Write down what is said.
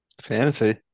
Fantasy